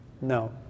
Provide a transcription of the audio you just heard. No